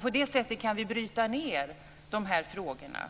På det sättet kan vi bryta ned de här frågorna